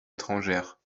étrangères